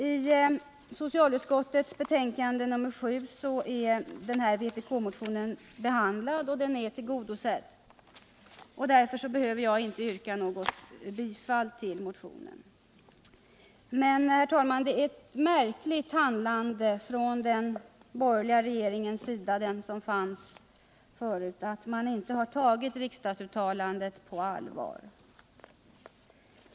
I socialutskottets betänkande nr 7 är vpk-motionen behandlad, och syftet med den är tillgodosett. Därför behöver jag inte yrka bifall till motionen. Men, herr talman, det är märkligt att den borgerliga regeringen — den som fanns förut — inte har tagit riksdagens uttalande på allvar.